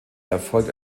erfolgt